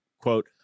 quote